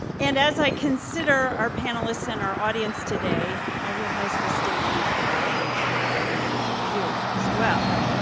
and as i consider our panelists and our audience today, i realize this statement is probably true for many of you as well.